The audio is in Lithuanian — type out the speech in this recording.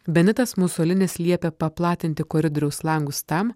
benitas musolinis liepė paplatinti koridoriaus langus tam